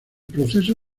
proceso